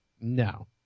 No